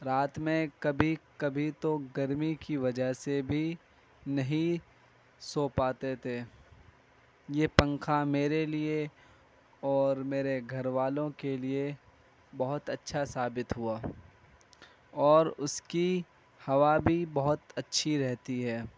رات میں کبھی کبھی تو گرمی کی وجہ سے بھی نہیں سو پاتے تھے یہ پنکھا میرے لیے اور میرے گھر والوں کے لیے بہت اچھا ثابت ہوا اور اس کی ہوا بھی بہت اچھی رہتی ہے